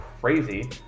crazy